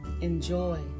Enjoy